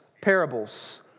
Parables